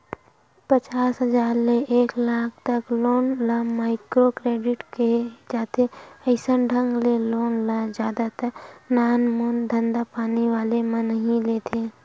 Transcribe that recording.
पचास हजार ले एक लाख तक लोन ल माइक्रो क्रेडिट केहे जाथे अइसन ढंग के लोन ल जादा तर नानमून धंधापानी वाले मन ह ही लेथे